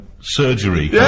surgery